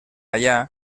allà